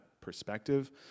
perspective